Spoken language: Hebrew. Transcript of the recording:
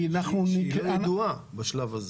שהיא לא ידועה בשלב הזה.